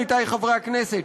עמיתי חברי הכנסת,